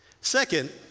Second